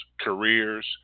careers